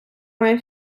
має